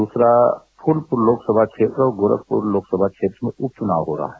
दूसरा फूलपुर लोकसभा क्षेत्र आर गोरखपुर लोकसभा क्षेत्र जिसमें उप चुनाव हो रहा हैं